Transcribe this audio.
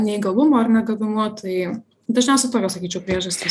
neįgalumo ar ne gavimu tai dažniausia tokios sakyčiau priežastys